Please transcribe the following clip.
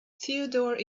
theodore